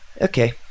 Okay